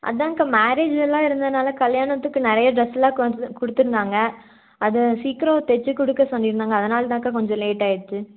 அதுதான்க்கா marriage எல்லாம் இருந்ததுனால் கல்யாணத்துக்கு நிறையா ட்ரெஸ்ஸெலாம் கொஞ்சம் கொடுத்துருந்தாங்க அதை சீக்கிரம் தைச்சி கொடுக்க சொல்லியிருந்தாங்க அதனால் தான்க்கா கொஞ்சம் லேட் ஆகிடுச்சி